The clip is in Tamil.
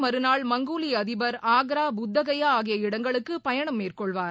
மறுநாள் மங்கோலிய அதிபர் ஆக்ரா புத்தகயா ஆகிய இடங்களுக்கு பயணம் நாளை மேற்கொள்வார்